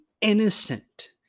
innocent